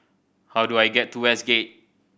how do I get to Westgate